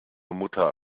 mutter